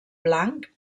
blanc